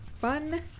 fun